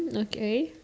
okay